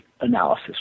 analysis